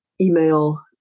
email